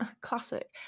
classic